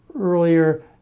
earlier